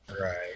Right